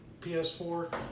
PS4